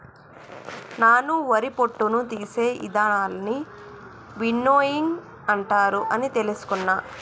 నాను వరి పొట్టును తీసే ఇదానాలన్నీ విన్నోయింగ్ అంటారు అని తెలుసుకున్న